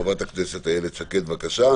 חברת הכנסת איילת שקד, בבקשה.